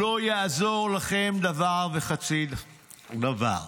לא יעזור לכם דבר וחצי דבר.